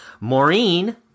Maureen